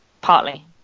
partly